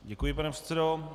Děkuji, pane předsedo.